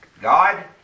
God